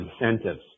incentives